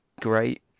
great